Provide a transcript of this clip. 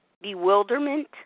bewilderment